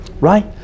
right